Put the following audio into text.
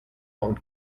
und